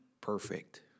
perfect